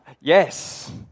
Yes